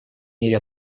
мере